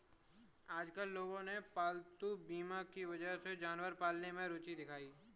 आजकल लोगों ने पालतू बीमा की वजह से जानवर पालने में रूचि दिखाई है